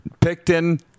Picton